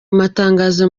amatangazo